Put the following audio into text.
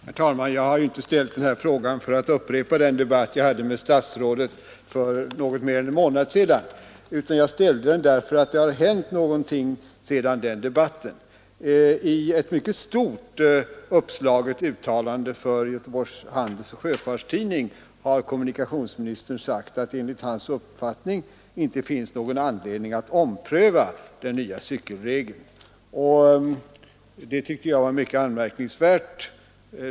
Herr talman! Jag har inte ställt den här frågan för att upprepa den debatt jag hade med statsrådet för något mer än en månad sedan, utan jag ställde den därför att det har hänt någonting sedan den debatten. I ett mycket stort uppslaget uttalande för Göteborgs Handelsoch Sjöfarts-Tidning har kommunikationsministern sagt att det enligt hans uppfattning inte finns någon anledning att ompröva den nya cykelregeln. Det tycker jag var mycket anmärkningsvärt.